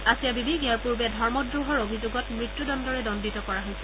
আছিয়া বিবিক ইয়াৰ পূৰ্বে ধৰ্মদ্ৰোহৰ অভিযোগত মৃত্যুদণ্ডৰে দণ্ডিত কৰা হৈছিল